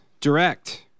Direct